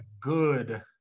good